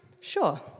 sure